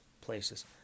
places